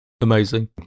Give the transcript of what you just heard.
Amazing